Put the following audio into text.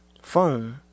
phone